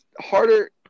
harder